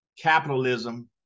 capitalism